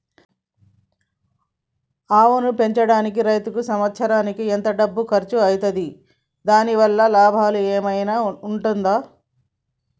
ఆవును పెంచడానికి రైతుకు సంవత్సరానికి ఎంత డబ్బు ఖర్చు అయితది? దాని వల్ల లాభం ఏమన్నా ఉంటుందా?